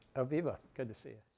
aviva. good to see